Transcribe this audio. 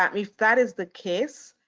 um if that is the case,